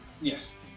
Yes